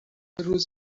روز